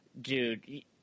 Dude